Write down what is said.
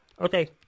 Okay